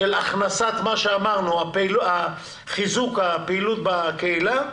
של הכנסת מה שאמרנו חיזוק הפעילות בקהילה,